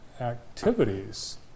activities